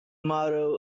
motto